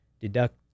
deduct